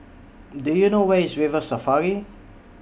Do YOU know Where IS River Safari